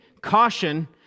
caution